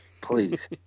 Please